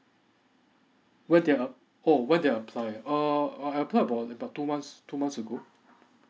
where did I uh oh when did I apply uh I apply about about two months two months ago